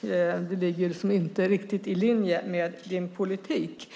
Det ligger liksom inte i linje med hennes politik.